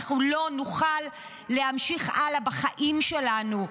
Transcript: אנחנו לא נוכל להמשיך הלאה בחיים שלנו.